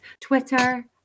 Twitter